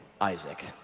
Isaac